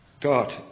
God